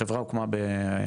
החברה הוקמה ב-14-15.